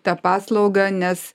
tą paslaugą nes